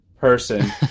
person